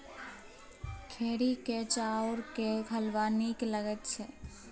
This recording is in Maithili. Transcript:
खेरहीक चाउरक हलवा नीक लगैत छै